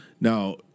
Now